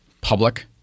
public